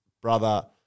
brother